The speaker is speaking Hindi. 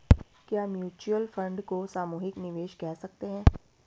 क्या म्यूच्यूअल फंड को सामूहिक निवेश कह सकते हैं?